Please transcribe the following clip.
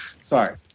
Sorry